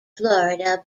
florida